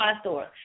store